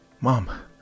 Mom